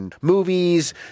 Movies